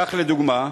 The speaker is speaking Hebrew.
כך, לדוגמה,